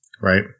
right